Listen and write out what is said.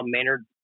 Maynard